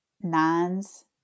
Nines